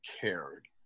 cared